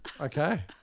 Okay